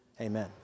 amen